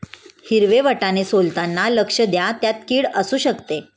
हिरवे वाटाणे सोलताना लक्ष द्या, त्यात किड असु शकते